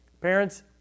Parents